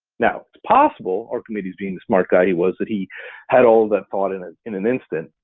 now, it's possible, archimedes being the smart guy he was, that he had all that thought and an and an instant,